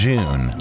June